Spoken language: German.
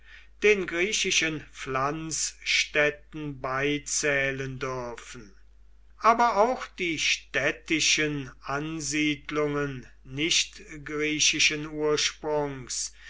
den griechischen pflanzstädten beizählen dürfen aber auch die städtischen ansiedlungen nichtgriechischen ursprungs